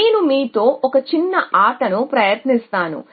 కాబట్టి నేను మీతో ఒక చిన్న ఆటను ప్రయత్నిస్తాను